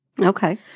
Okay